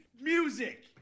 music